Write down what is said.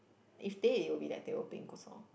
if teh it would be like teh O peng kosong